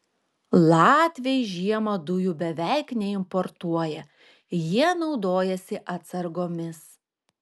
latviai žiemą dujų beveik neimportuoja jie naudojasi atsargomis